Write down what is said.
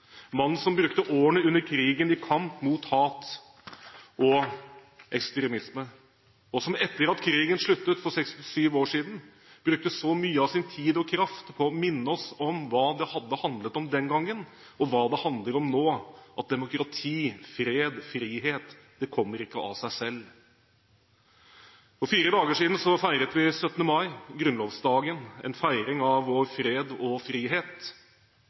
som brukte årene under krigen i kamp mot hat og ekstremisme, og som etter at krigen sluttet for 67 år siden, brukte så mye av sin tid og kraft på å minne oss på hva det handlet om den gangen, og hva det handler om nå: at demokrati, fred, frihet – det kommer ikke av seg selv. For fire dager siden feiret vi 17. mai, grunnlovsdagen, en feiring av vår fred og frihet.